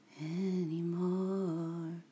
anymore